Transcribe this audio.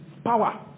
Power